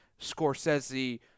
Scorsese